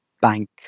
bank